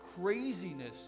craziness